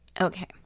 Okay